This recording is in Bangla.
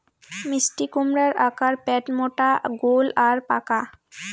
মিষ্টিকুমড়ার আকার প্যাটমোটা গোল আর পাকা